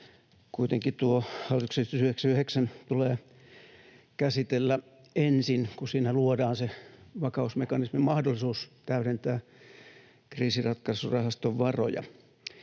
Kuitenkin tuo hallituksen esitys 99 tulee käsitellä ensin, kun siinä luodaan se vakausmekanismin mahdollisuus täydentää kriisinratkai-surahaston varoja.